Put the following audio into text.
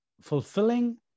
fulfilling